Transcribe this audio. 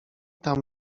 tam